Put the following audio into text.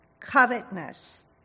covetousness